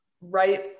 right